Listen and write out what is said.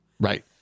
Right